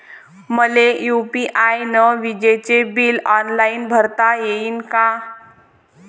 मले यू.पी.आय न विजेचे बिल ऑनलाईन भरता येईन का?